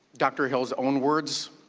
dr. hill's own words,